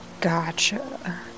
Gotcha